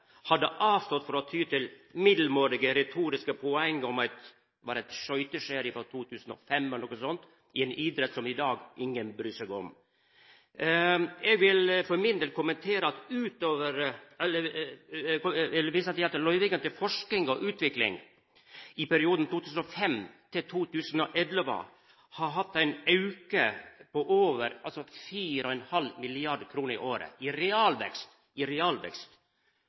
hadde avstått frå å ty til middelmåtige retoriske poeng om eit – var det – skøyteskjær frå 2005 eller noko slikt – ein idrett som i dag ingen bryr seg om. Eg vil for min del visa til at løyvingane til forsking og utvikling i perioden 2005–2011 har hatt ein auke på over 4,5 mrd. kr i året i realvekst – dette er altså etter pris- og indeksregulering. Løyvingane til dette formålet har dermed hatt ein vekst på 27 pst. i